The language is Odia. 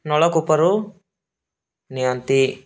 ନଳକୂପରୁ ନିଅନ୍ତି